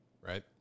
right